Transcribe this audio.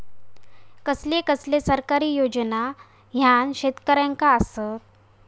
कसले कसले सरकारी योजना न्हान शेतकऱ्यांना आसत?